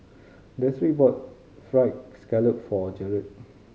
Destry bought Fried Scallop for Jaron